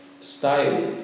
style